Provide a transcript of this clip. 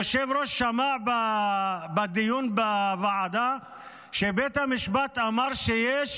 היושב-ראש שמע בדיון בוועדה שבית המשפט אמר שיש